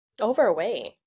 overweight